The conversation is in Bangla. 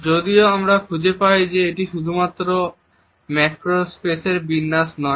যদিও আমরা খুঁজে পাই যে এটি শুধুমাত্র ম্যাক্রো স্পেসের বিন্যাস নয়